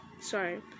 Sorry